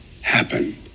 happen